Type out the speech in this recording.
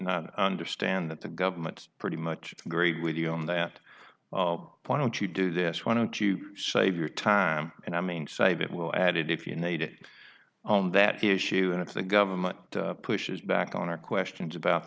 not understand that the government pretty much agreed with you on that well why don't you do this why don't you save your time and i mean save it will add it if you need it on that issue and if the government pushes back on our questions about